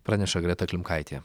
praneša greta klimkaitė